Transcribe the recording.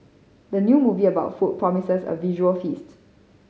the new movie about food promises a visual feast